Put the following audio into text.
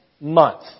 month